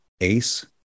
ACE